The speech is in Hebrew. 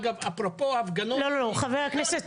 אגב, אפרופו הפגנות --- לא, אחמד.